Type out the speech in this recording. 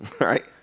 Right